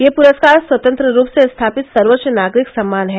ये पुरस्कार स्वतंत्र रूप से स्थापित सर्वोच्च नागरिक सम्मान हैं